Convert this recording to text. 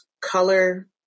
color